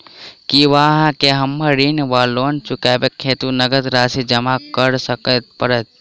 की अहाँ केँ हमरा ऋण वा लोन चुकेबाक हेतु नगद राशि जमा करऽ पड़त?